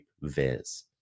viz